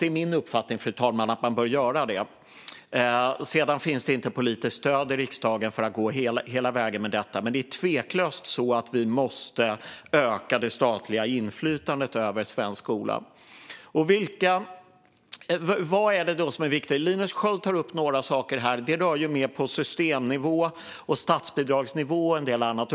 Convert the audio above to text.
Det är min uppfattning, fru talman, att man bör göra det. Det finns inte politiskt stöd i riksdagen för att gå hela vägen med detta, men det är tveklöst så att vi måste öka det statliga inflytandet över svensk skola. Vad är det då som är viktigt? Linus Sköld tar upp några saker som ligger mer på systemnivå och statsbidragsnivå och en del annat.